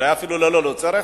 אולי אפילו ללא צורך,